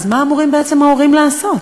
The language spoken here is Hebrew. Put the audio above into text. אז מה אמורים ההורים לעשות?